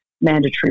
mandatory